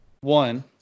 One